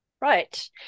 Right